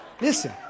Listen